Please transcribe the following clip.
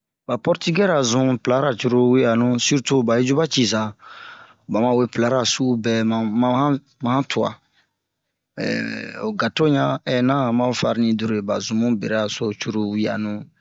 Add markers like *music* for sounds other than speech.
ɓa pɔrtigɛ-ra zun pla-ra curulu we'anu sirtu ɓa yi cu ɓa ciza ɓa mawe pla-ra su'ubɛ mamu ma han tuwa *hesitation* ho gato ɲan ɛna ma ho farni dure ɓa zunmu beraraso curulu we'anu um